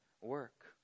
work